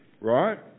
right